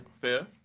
Fair